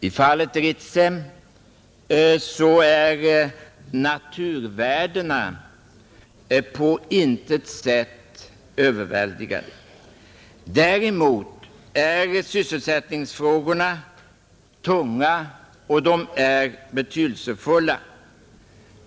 I fallet Ritsem är naturvärdena på intet sätt överväldigande. Däremot är sysselsättningsfrågorna tunga och av stor vikt.